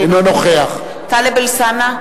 אינו נוכח טלב אלסאנע,